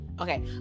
okay